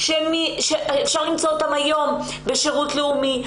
היום יום שלישי,